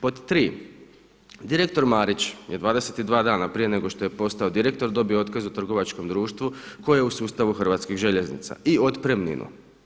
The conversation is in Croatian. Pod 3., direktor Marić je 22 dana prije nego što je postao direktor dobio otkaz u trgovačkom društvu koje u sustavu Hrvatskih željeznica i otpremninu.